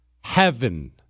Heaven